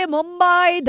Mumbai